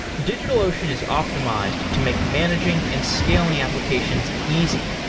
digitalocean is optimized to make managing and scaling applications easy,